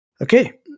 Okay